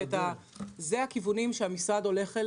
אלה הכיוונים שאליהם המשרד הולך,